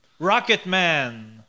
Rocketman